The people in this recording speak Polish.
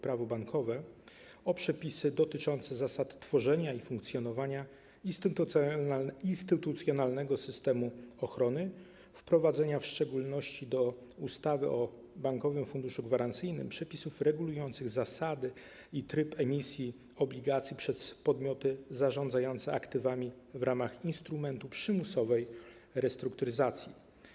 Prawo bankowe o przepisy dotyczące zasad tworzenia i funkcjonowania instytucjonalnego systemu ochrony, wprowadzenia, w szczególności do ustawy o Bankowym Funduszu Gwarancyjnym, przepisów regulujących zasady i tryb emisji obligacji przez podmioty zarządzające aktywami w ramach instrumentu przymusowej restrukturyzacji.